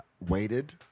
waited